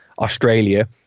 Australia